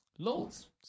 Loads